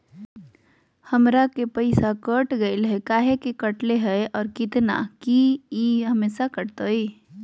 हमर पैसा कट गेलै हैं, काहे ले काटले है और कितना, की ई हमेसा कटतय?